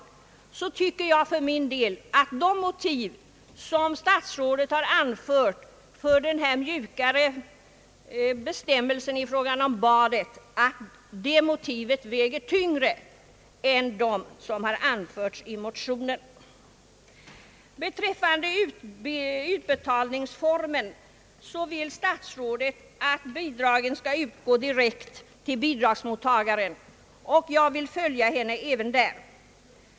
Därför tycker jag för min del att de motiv som statsrådet har anfört för denna mjukare bestämmelse i fråga om badet väger tyngre än de motiv som har anförts i motionen. Beträffande utbetalningsformen ' vill statsrådet att bidragen skall utgå direkt till bidragsmottagaren, och jag vill följa henne även därvidlag.